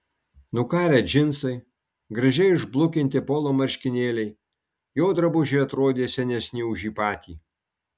nukarę džinsai gražiai išblukinti polo marškinėliai jo drabužiai atrodė senesni už jį patį